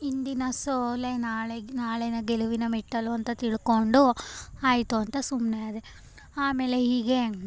ಇಂದಿನ ಸೋಲೇ ನಾಳೆಗೆ ನಾಳಿನ ಗೆಲುವಿನ ಮೆಟ್ಟಿಲು ಅಂತ ತಿಳ್ಕೊಂಡು ಆಯಿತು ಅಂತ ಸುಮ್ಮನೆ ಆದೆ ಆಮೇಲೆ ಹೀಗೆ